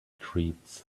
treats